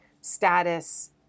status